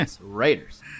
raiders